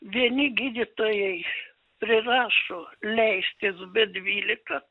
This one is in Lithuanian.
vieni gydytojai prirašo leistis b dvylika